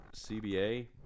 CBA